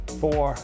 four